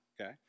okay